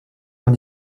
dans